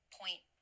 point